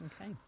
Okay